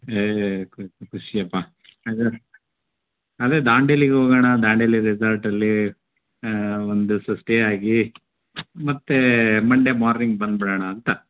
ಏಯ್ ಖುಷಿಯಪ್ಪ ಅದು ಅದೆ ದಾಂಡೇಲಿಗೆ ಹೋಗಣ ದಾಂಡೇಲಿ ರೆಸಾರ್ಟಲ್ಲಿ ಒಂದು ದಿವಸ ಸ್ಟೇ ಆಗಿ ಮತ್ತೆ ಮಂಡೇ ಮಾರ್ನಿಂಗ್ ಬಂದು ಬಿಡೋಣ ಅಂತ